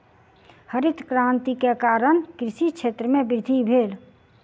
हरित क्रांति के कारण कृषि क्षेत्र में वृद्धि भेल